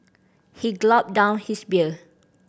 he down his beer